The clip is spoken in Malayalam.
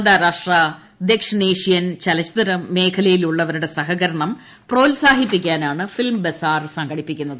അന്താരാഷ്ട്ര ദക്ഷിണേഷ്യൻ ചലച്ചിത്ര മേഖലയിൽ ഉള്ളവരുടെ സഹകരണം പ്രോത്സാഹിപ്പിക്കാനാണ് ഫിലിം ബസാർ സംഘടിപ്പിക്കുന്നത്